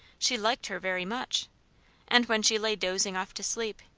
she liked her very much and when she lay dozing off to sleep,